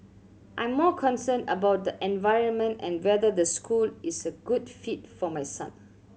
I'm more concerned about the environment and whether the school is a good fit for my son